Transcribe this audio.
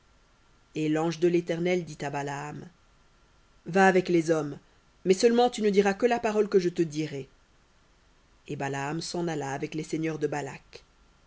et l'ange de l'éternel dit à balaam va avec les hommes mais seulement tu ne diras que la parole que je te dirai et balaam s'en alla avec les seigneurs de balak